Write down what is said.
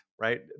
right